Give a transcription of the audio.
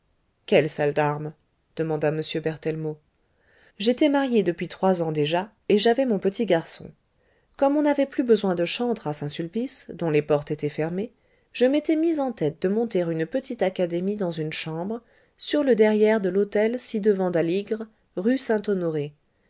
quelle salle d'armes demanda m berthellemot j'étais marié depuis trois ans déjà et j'avais mon petit garçon comme on n'avait plus besoin de chantres à saint-sulpice dont les portes étaient fermées je m'étais mis en tète de monter une petite académie dans une chambre sur le derrière de l'hôtel ci-devant d'aligre rue